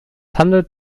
handelt